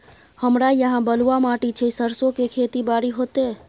हमरा यहाँ बलूआ माटी छै सरसो के खेती बारी होते?